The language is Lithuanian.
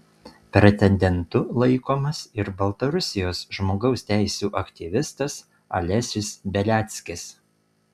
pretendentu laikomas ir baltarusijos žmogaus teisių aktyvistas alesis beliackis